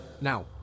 Now